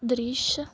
ਦ੍ਰਿਸ਼